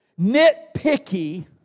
nitpicky